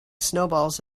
snowballs